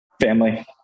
Family